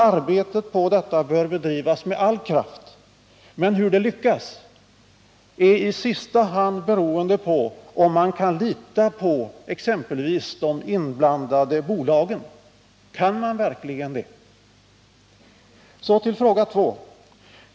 Arbetet på detta bör bedrivas med all kraft, men hur det lyckas är i sista hand beroende på om man kan lita på exempelvis de inblandade bolagen. Kan man verkligen det? Så till fråga 2.